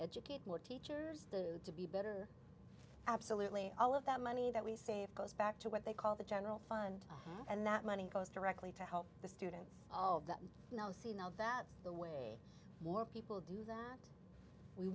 educate more teachers to be better absolutely all of that money that we save goes back to what they call the general fund and that money goes directly to help the students you know see now that the way more people do that we